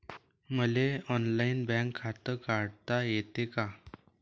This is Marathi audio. मले ऑनलाईन बँक खाते काढता येते का?